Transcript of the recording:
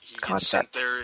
concept